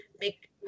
make